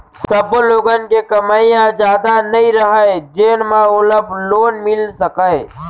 सब्बो लोगन के कमई ह जादा नइ रहय जेन म ओला लोन मिल सकय